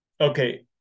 Okay